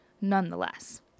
nonetheless